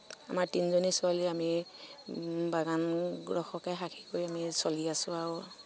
আমাৰ তিনিজনী ছোৱালী আমি বাগান কৰি মেলি চলি আছো আৰু